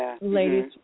ladies